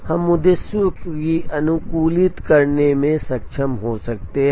हम उद्देश्यों को अनुकूलित करने में सक्षम हो सकते हैं